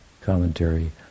commentary